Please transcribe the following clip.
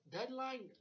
Deadline